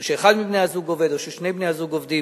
שאחד מבני-הזוג עובד או ששני בני-הזוג עובדים.